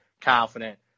confident